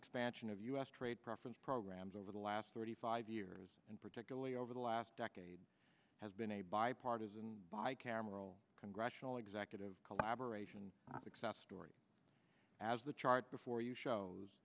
expansion of u s trade preference programs over the last thirty five years and particularly over the last decade has been a bipartisan by cameral congressional executive collaboration excess story as the chart before you shows